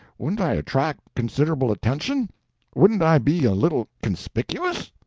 wouldn't i attract considerable attention wouldn't i be a little conspicuous?